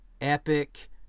epic